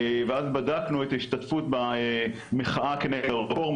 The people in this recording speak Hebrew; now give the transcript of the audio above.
ואז בדקנו את ההשתתפות במחאה כנגד הרפורמה,